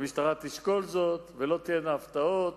והמשטרה תשקול זאת, ולא תהיינה הפתעות.